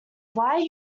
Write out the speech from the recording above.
why